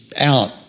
out